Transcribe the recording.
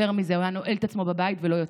יותר מזה, הוא היה נועל את עצמו בבית ולא יוצא.